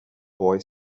boy